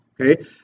Okay